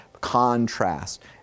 contrast